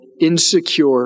insecure